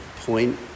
point